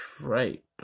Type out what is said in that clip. right